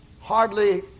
hardly